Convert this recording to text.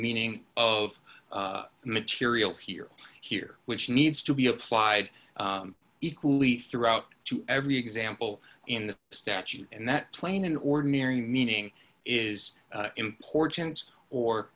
meaning of the material here here which needs to be applied equally throughout to every example in the statute and that plain ordinary meaning is important or